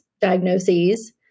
diagnoses